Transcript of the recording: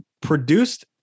produced